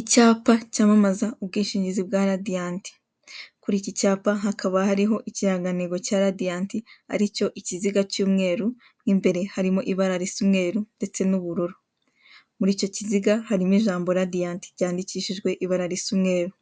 Icyapa cyamamaza ubwishingizi bwa Radiant. Kuri iki cyapa hakaba hariho ikirangantego cya Radiant, aricyo ikiziga cy'umweru, mo imbere harimo ibara risa umweru ndetse n'ubururu. Muri icyo kiziga harimo ijambo Radiant ryandikishijwe ibara risa umweru.